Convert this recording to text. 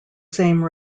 same